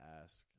ask